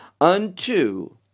unto